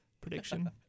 Prediction